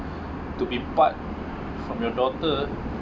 to be part from your daughter